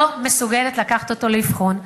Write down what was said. לא מסוגלת לקחת אותו לאבחון,